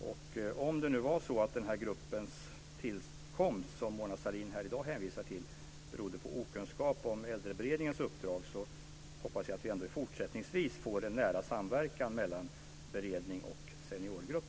Även om det nu är så att tillkomsten av den grupp som Mona Sahlin här i dag hänvisar till berodde på okunskap om Äldreberedningens uppdrag hoppas jag att vi fortsättningsvis får en nära samverkan mellan beredning och seniorgrupp.